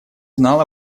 знал